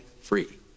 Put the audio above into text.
free